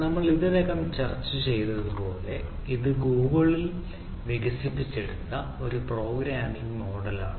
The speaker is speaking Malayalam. നമ്മൾ ഇതിനകം ചർച്ച ചെയ്തതുപോലെ ഇത് ഗൂഗിളിൽ വികസിപ്പിച്ച ഒരു പ്രോഗ്രാമിംഗ് മോഡലാണ്